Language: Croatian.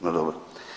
No, dobro.